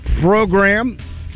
program